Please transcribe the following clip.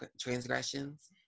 transgressions